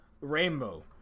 rainbow